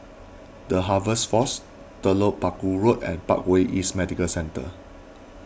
the Harvest force Telok Paku Road and Parkway East Medical Centre